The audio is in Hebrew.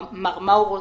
מר מרווה טרפנסה,